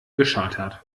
gechartert